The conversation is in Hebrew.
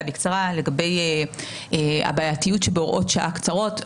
בקצרה לגבי הבעייתיות שבהוראות שעה קצרות.